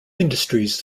industries